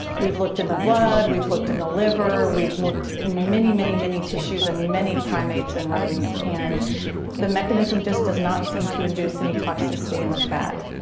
we've looked in the blood, we've looked in the liver, we've looked in many, many, many tissues in many primates and rodents and the mechanism just does not seem to induce any toxicity in the fat.